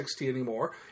anymore